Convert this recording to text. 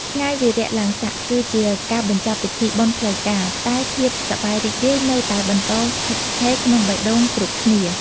ថ្ងៃវារៈឡើងស័កគឺជាការបញ្ចប់ពិធីបុណ្យផ្លូវការ តែភាពសប្បាយរីករាយនៅតែបន្តស្ថិតស្ថេរក្នុងបេះដូងគ្រប់គ្នា។